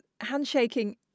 handshaking